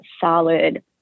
solid